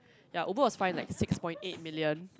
ya Uber was fined like six point eight million